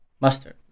Mustard